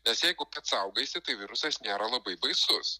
nes jeigu pats saugaisi tai virusas nėra labai baisus